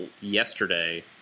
yesterday